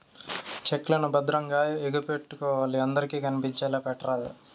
check లను భద్రంగా ఎగపెట్టుకోవాలి అందరికి కనిపించేలా పెట్టరాదు